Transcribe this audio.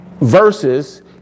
verses